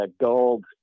gold